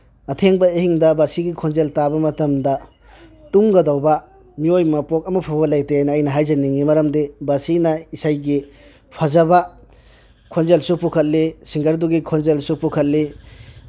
ꯑꯊꯦꯡꯕ ꯑꯍꯤꯡꯗ ꯕꯥꯁꯤꯒꯤ ꯈꯣꯟꯖꯦꯜ ꯇꯥꯕ ꯃꯇꯝꯗ ꯇꯨꯝꯒꯗꯧꯕ ꯃꯤꯑꯣꯏ ꯃꯄꯣꯛ ꯑꯃ ꯐꯥꯎꯕ ꯂꯩꯇꯦꯅ ꯑꯩꯅ ꯍꯥꯏꯖꯅꯤꯡꯉꯤ ꯃꯔꯝꯗꯤ ꯕꯥꯁꯤꯅ ꯏꯁꯩꯒꯤ ꯐꯖꯕ ꯈꯣꯟꯖꯦꯜꯁꯨ ꯄꯨꯈꯠꯂꯤ ꯁꯤꯡꯒꯔꯗꯨꯒꯤ ꯈꯣꯟꯖꯦꯜꯁꯨ ꯄꯨꯈꯠꯂꯤ